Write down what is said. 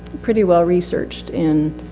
pretty well researched in,